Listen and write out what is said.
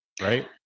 right